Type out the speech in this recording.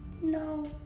No